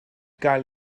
gael